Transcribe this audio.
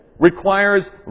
requires